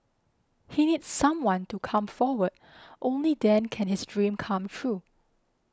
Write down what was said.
he needs someone to come forward only then can his dream come true